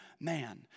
man